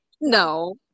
No